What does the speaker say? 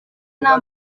nta